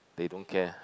they don't care